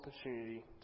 opportunity